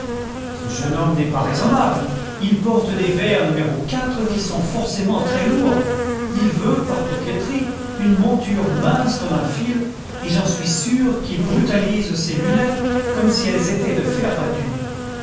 ce jeune homme n'est pas raisonnable il porte des verres n qui sont forcément trèslourds il veut par coquetterie une monture mince comme un fil et je suis sûr qu'il brutalise ses lunettes comme si elles étaient de fer battu